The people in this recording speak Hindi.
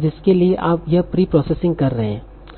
जिसके लिए आप यह प्री प्रोसेसिंग कर रहे हैं